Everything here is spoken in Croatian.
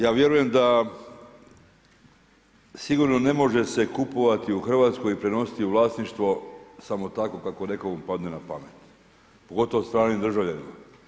Ja vjerujem da sigurno ne može se kupovati u Hrvatskoj i prenositi vlasništvo samo tako kako nekome padne na pamet, pogotovo stranim državljanima.